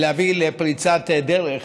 להביא לפריצת דרך